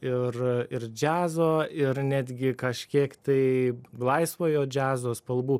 ir ir džiazo ir netgi kažkiek tai laisvojo džiazo spalvų